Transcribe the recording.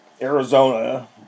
Arizona